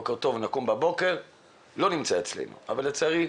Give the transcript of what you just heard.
אבל לצערנו